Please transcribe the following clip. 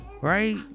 right